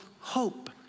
hope